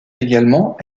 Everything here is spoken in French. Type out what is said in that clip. également